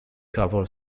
cover